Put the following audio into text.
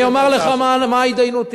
אני אומר לך מה ההתדיינות תהיה.